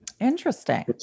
Interesting